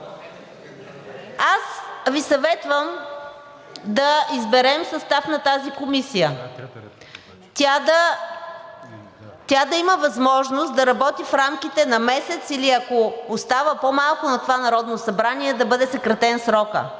Аз Ви съветвам да изберем състав на тази комисия. Тя да има възможност да работи в рамките на месец или, ако остава по-малко на това Народно събрание, да бъде съкратен срокът,